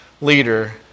leader